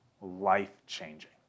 life-changing